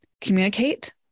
communicate